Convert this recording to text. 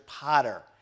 Potter